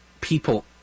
people